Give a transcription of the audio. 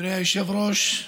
אדוני היושב-ראש,